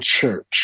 church